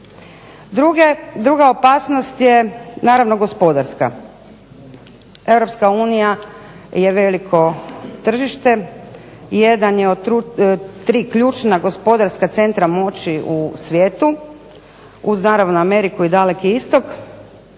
Druga opasnost je naravno gospodarska. Europska unija je veliko tržište i jedan je od tri ključna gospodarska centra moći u svijetu uz naravno Ameriku i daleki Istok.